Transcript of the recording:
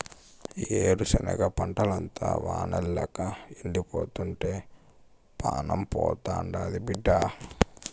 ఏరుశనగ పంటంతా వానల్లేక ఎండిపోతుంటే పానం పోతాండాది బిడ్డా